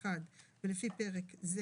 ו'1 ולפי פרק זה